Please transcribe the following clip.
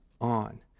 on